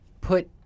put